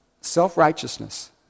Self-righteousness